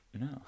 No